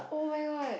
[oh]-my-God